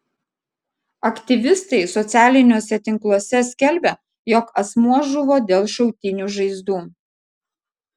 aktyvistai socialiniuose tinkluose skelbia jog asmuo žuvo dėl šautinių žaizdų